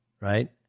right